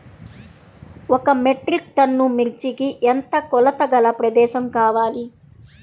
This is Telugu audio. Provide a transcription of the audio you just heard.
ఒక మెట్రిక్ టన్ను మిర్చికి ఎంత కొలతగల ప్రదేశము కావాలీ?